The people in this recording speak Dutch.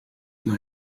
mag